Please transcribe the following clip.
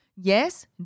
Yes